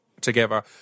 together